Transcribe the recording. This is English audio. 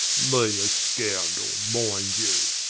me a scounderl, mind you!